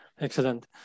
excellent